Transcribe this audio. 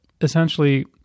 essentially